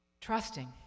Trusting